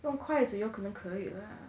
用筷子有可能可以 lah